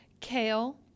kale